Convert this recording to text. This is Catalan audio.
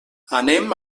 anem